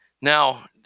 Now